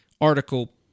article